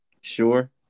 Sure